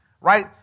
right